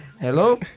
Hello